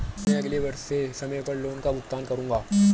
मैं अगले वर्ष से समय पर लोन का भुगतान करूंगा